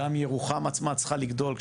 גם ירוחם בעצמה צריכה לגדול.